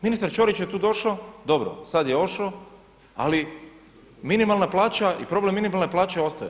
Ministar Ćorić je tu došao, dobro, sada je otišao, ali minimalna plaća i problem minimalne plaće ostaje.